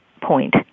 point